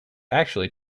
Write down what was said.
actually